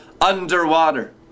underwater